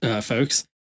folks